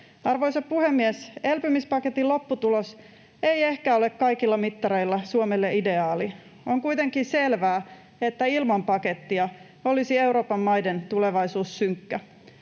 Arvoisa puhemies! Elpymispaketin lopputulos ei ehkä ole kaikilla mittareilla Suomelle ideaali. On kuitenkin selvää, että ilman pakettia olisi Euroopan maiden tulevaisuus synkkä.